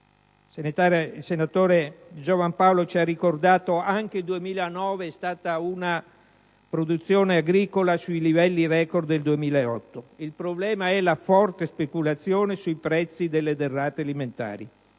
(il senatore Di Giovan Paolo ci ha ricordato che anche il 2009 vi è stata una produzione agricola sui livelli *record* del 2008): il problema è la forte speculazione sui prezzi delle derrate alimentari.